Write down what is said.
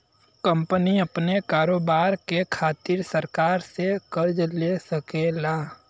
company अपने कारोबार के खातिर सरकार से कर्ज ले सकेला